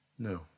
No